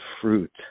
fruit